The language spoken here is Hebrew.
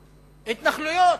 התנחלויות.